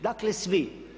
Dakle svi.